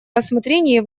рассмотрении